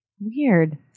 Weird